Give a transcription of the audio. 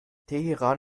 teheran